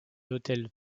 autels